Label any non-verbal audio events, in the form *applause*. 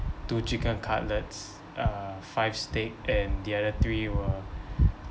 two chicken cutlets uh five steak and the other three were *breath*